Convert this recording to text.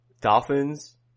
Dolphins